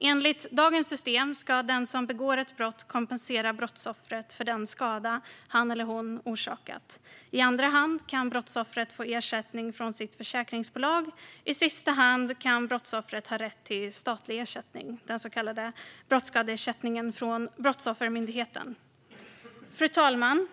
Enligt dagens system ska den som begått ett brott kompensera brottsoffret för den skada han eller hon har orsakat. I andra hand kan brottsoffret få ersättning från sitt försäkringsbolag. I sista hand kan brottsoffret ha rätt till statlig ersättning, så kallad brottsskadeersättning från Brottsoffermyndigheten. Fru talman!